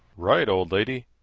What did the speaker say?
right, old lady,